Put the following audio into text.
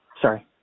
sorry